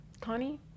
Connie